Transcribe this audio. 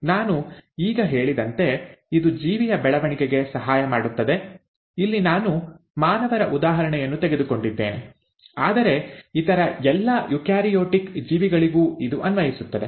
ನಾನು ಈಗ ಹೇಳಿದಂತೆ ಇದು ಜೀವಿಯ ಬೆಳವಣಿಗೆಗೆ ಸಹಾಯ ಮಾಡುತ್ತದೆ ಇಲ್ಲಿ ನಾನು ಮಾನವರ ಉದಾಹರಣೆಯನ್ನು ತೆಗೆದುಕೊಂಡಿದ್ದೇನೆ ಆದರೆ ಇತರ ಎಲ್ಲ ಯುಕ್ಯಾರಿಯೋಟಿಕ್ ಜೀವಿಗಳಿಗೂ ಇದು ಅನ್ವಯಿಸುತ್ತದೆ